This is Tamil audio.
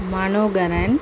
மனோகரன்